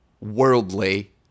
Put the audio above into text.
worldly